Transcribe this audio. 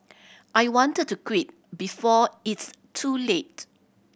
I wanted to quit before it's too late